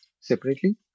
separately